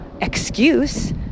excuse